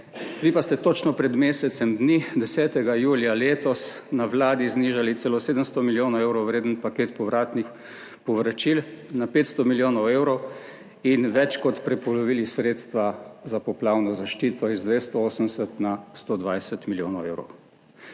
vi pa ste točno pred mesecem dni, 10. julija letos, na Vladi znižali celo 700 milijonov evrov vreden paket povratnih povračil na 500 milijonov evrov in več kot prepolovili sredstva za poplavno zaščito iz 280 na 120 milijonov evrov.